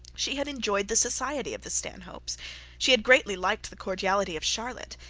she had enjoyed the society of the stanhopes, she had greatly liked the cordiality of charlotte,